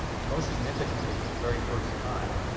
and most significantly for the very first time,